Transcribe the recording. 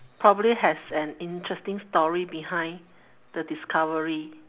probably has an interesting story behind the discovery